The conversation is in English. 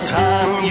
time